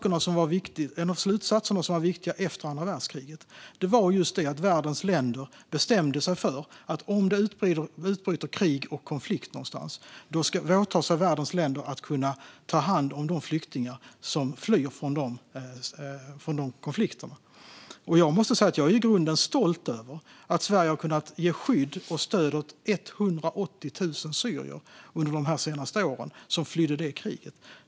En av slutsatserna som var viktiga efter andra världskriget var just att världens länder åtog sig att, om det utbryter krig och konflikt någonstans, ta hand om de flyktingar som flyr från de konflikterna. Jag är i grunden stolt över att Sverige under de senaste åren har kunnat ge skydd och stöd åt 180 000 syrier som flytt det kriget.